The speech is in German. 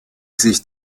sich